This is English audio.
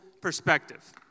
perspective